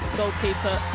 goalkeeper